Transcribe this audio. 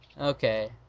Okay